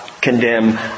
condemn